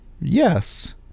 Yes